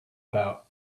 about